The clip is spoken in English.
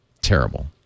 Terrible